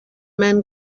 men